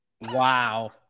Wow